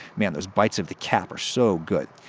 man, those bites of the cap are so good.